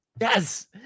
Yes